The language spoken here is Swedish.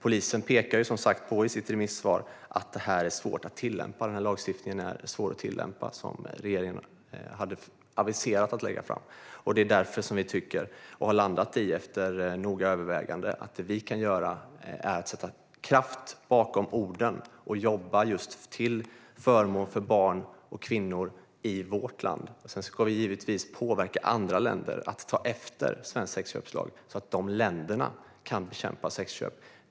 Polisen pekar i sitt remissvar som sagt på att den lagstiftning som regeringen hade aviserat att den skulle lägga fram är svår att tillämpa. Därför har vi efter noggranna överväganden landat i att vad vi kan göra är att sätta kraft bakom orden och jobba till förmån för barn och kvinnor i vårt land. Men vi ska givetvis även påverka andra länder att ta efter svensk sexköpslag så att dessa länder själva kan bekämpa sexköp.